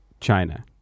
China